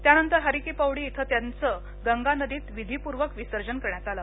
त्यानंतर हरी की पौडी इथं त्यांचं गंगा नदीत विधी पूर्वक विसर्जिन करण्यात आलं